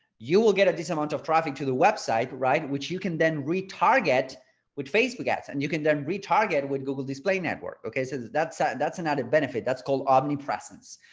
you will get this amount of traffic to the website right, which you can then retarget with facebook ads, and you can then retarget with google display network. okay, so that's, ah that's an added benefit. that's called omnipresence.